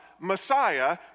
Messiah